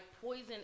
poison